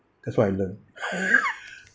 that's what I learned